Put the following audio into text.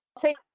take